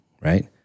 right